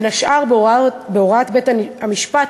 בין השאר בהוראת בית-המשפט,